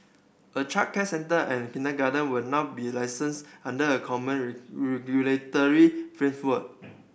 a childcare centre and kindergarten will now be licenses under a common regulatory